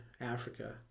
Africa